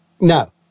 No